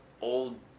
old